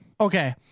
Okay